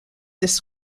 this